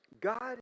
God